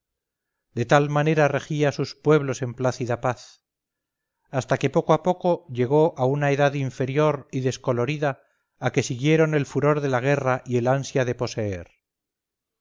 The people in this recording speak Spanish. de tal manera regia sus pueblos en plácida paz hasta que poco a poco llegó una edad inferior y descolorida a que siguieron el furor de la guerra y el ansia de poseer